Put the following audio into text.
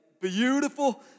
beautiful